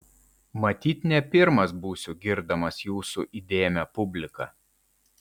matyt ne pirmas būsiu girdamas jūsų įdėmią publiką